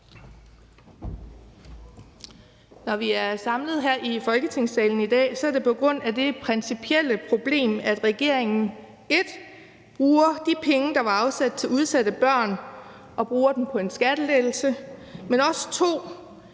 Når vi er samlet her i Folketingssalen i dag, er det på grund af det principielle problem, at regeringen 1) bruger de penge, der var afsat til udsatte børn, på en skattelettelse, og 2)